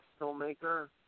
filmmaker